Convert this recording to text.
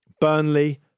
Burnley